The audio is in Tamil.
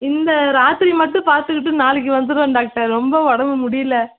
இந்த ராத்திரி மட்டும் பார்த்துகிட்டு நாளைக்கு வந்துடுவோம் டாக்டர் ரொம்ப உடம்பு முடியல